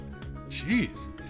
Jeez